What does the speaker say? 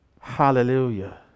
Hallelujah